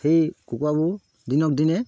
সেই কুকুৰাবোৰ দিনক দিনে